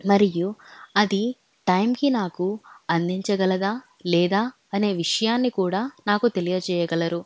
మరియు అది టైంకి నాకు అందించగలదా లేదా అనే విషయాన్ని కూడా నాకు తెలియజేయగలరు